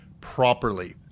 properly